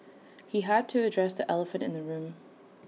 he had to address the elephant in the room